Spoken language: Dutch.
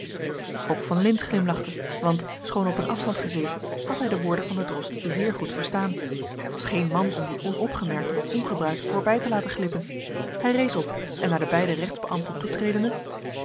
ook van lintz glimlachte want schoon op een afstand gezeten had hij de woorden van den drost zeer goed verstaan hij was geen man om die onopgemerkt of ongebruikt voor bij te laten glippen hij rees op en naar de beide rechtsbeambten toetredende